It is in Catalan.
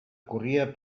corria